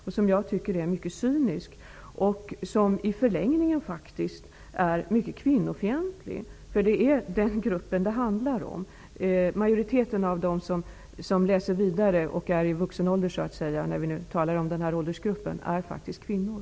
Jag tycker att det är mycket cynisk. I förlängningen är den kvinnofientlig. Majoriteten av dem som läser vidare i vuxen ålder är faktiskt kvinnor.